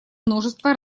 множество